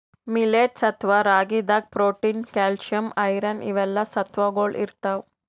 millets ಅಥವಾ ರಾಗಿದಾಗ್ protein, calcium, iron ಇವೆಲ್ಲಾ ಸತ್ವಗೊಳ್ ಇರ್ತವ್